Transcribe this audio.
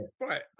Right